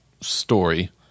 story